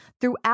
throughout